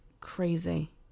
crazy